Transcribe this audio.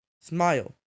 smile